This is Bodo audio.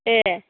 ए